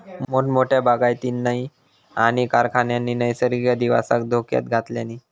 मोठमोठ्या बागायतींनी आणि कारखान्यांनी नैसर्गिक अधिवासाक धोक्यात घातल्यानी